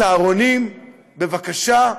צהרונים, בבקשה,